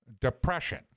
depression